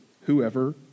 whoever